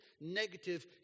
negative